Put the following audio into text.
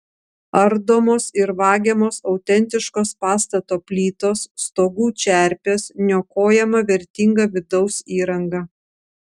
ardomos ir vagiamos autentiškos pastato plytos stogų čerpės niokojama vertinga vidaus įranga